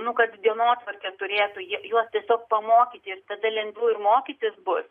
nu kad dienotvarkė turėtų jie juos tiesiog pamokyti tada lengviau ir mokytis bus